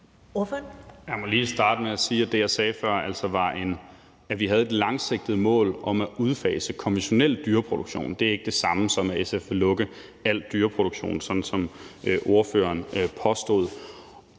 Jeg må lige starte med at sige, at det, jeg sagde før, altså var, at vi havde et langsigtet mål om at udfase konventionel dyreproduktion – det er ikke det samme, som at SF vil lukke al dyreproduktion, sådan som ordføreren påstår.